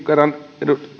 kerran